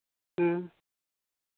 ᱦᱮᱸ